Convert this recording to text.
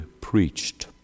preached